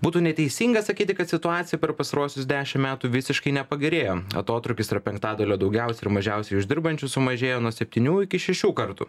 būtų neteisinga sakyti kad situacija per pastaruosius dešim metų visiškai nepagerėjo atotrūkis tarp penktadalio daugiausiai ir mažiausiai uždirbančių sumažėjo nuo septynių iki šešių kartų